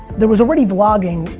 there was already vlogging,